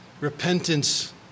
repentance